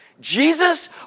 Jesus